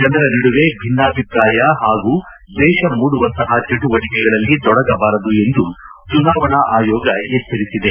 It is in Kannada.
ಜನರ ನಡುವೆ ಭಿನ್ನಾಭಿಪ್ರಾಯ ಹಾಗೂ ದ್ವೇಷ ಮೂಡುವಂತಹ ಚಟುವಟಕೆಗಳಲ್ಲಿ ತೊಡಗಬಾರದು ಎಂದು ಚುನಾವಣಾ ಆಯೋಗ ಎಚ್ಚರಿಸಿದೆ